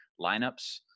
lineups